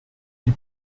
die